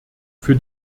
für